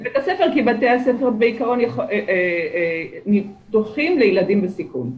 מביאים לבית הספר כי בתי הספר בעקרון פתוחים לילדים בסיכון.